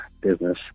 business